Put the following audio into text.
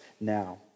now